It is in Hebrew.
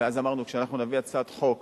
ואז אמרנו: כשאנחנו נביא הצעת חוק,